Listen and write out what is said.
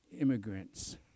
immigrants